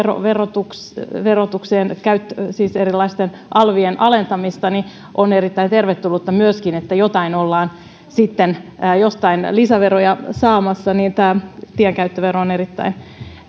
verotukseen verotukseen siis erilaisten alvien alentamista niin on erittäin tervetullutta myöskin että jostain ollaan sitten lisäveroja saamassa joten tämä tienkäyttövero on erittäin